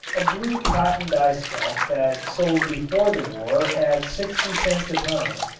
a blue cotton dyestuff that sold before the war at sixty cents a pound,